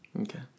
Okay